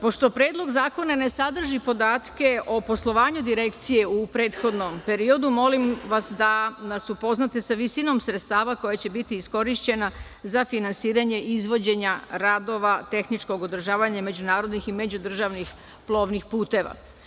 Pošto Predlog zakona ne sadrži podatke po poslovanju Direkcije u prethodnom periodu, molim vas da nas upoznate sa visinom sredstava koja će biti iskorišćena za finansiranje izvođenja radova tehničkog održavanja međunarodnih i međudržavnih plovnih puteva.